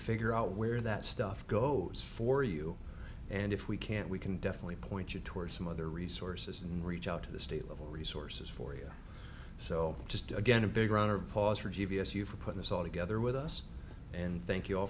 figure out where that stuff goes for you and if we can't we can definitely point you towards some other resources and reach out to the state level resources for you so just again a big round of applause for g b s you for putting us all together with us and thank you